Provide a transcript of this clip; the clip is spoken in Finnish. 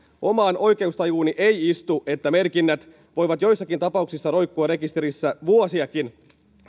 omaan oikeustajuuni ei istu että merkinnät voivat joissakin tapauksissa roikkua rekisterissä vuosiakin